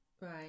Right